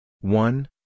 one